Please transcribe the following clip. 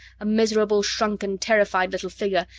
a miserable, shrunken, terrified little figure,